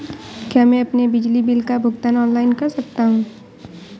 क्या मैं अपने बिजली बिल का भुगतान ऑनलाइन कर सकता हूँ?